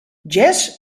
jazz